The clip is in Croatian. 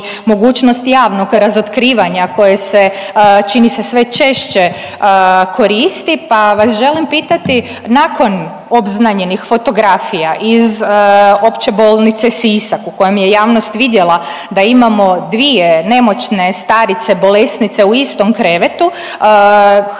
mogućnost javnog razotkrivanja koje se čini se sve češće koristi, pa vas želim pitati, nakon obznanjenih fotografija iz Opće bolnice Sisak u kojoj je javnost vidjela da imamo dvije nemoćne starice, bolesnice u istom krevetu, hrvatska